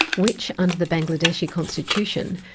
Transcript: which, under the bangladeshi constitution,